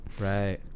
right